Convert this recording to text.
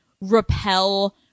repel